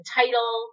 title